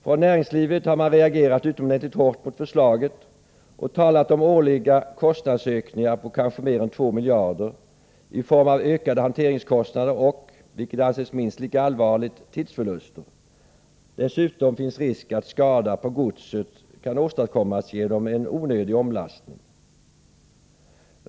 Från näringslivet har man reagerat utomordentligt hårt mot förslaget och talat om årliga kostnadsökningar på kanske mer än 2 miljarder i form av ökade hanteringskostnader och — vilket anses minst lika allvarligt — tidsförluster. Dessutom finns risk att skada på godset kan åstadkommas genom en onödig omlastning.